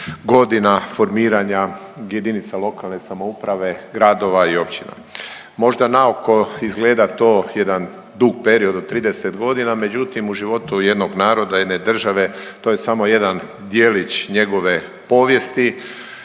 godina formiranja jedinica lokalne samouprave, gradova i općina. Možda na oko izgleda to jedan dug period od 30 godina, međutim u životu jednog naroda, jedne države to je samo jedan djelić njegove povijesti